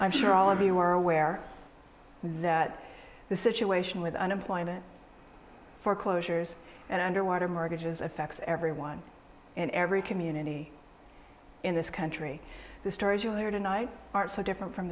i'm sure all of you are aware that the situation with unemployment foreclosures and underwater mortgages affects everyone and every community in this country the stories you heard tonight are so different from